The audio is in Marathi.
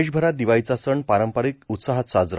देशभरात दिवाळीचा सण पारंपारिक उत्साहात साजरा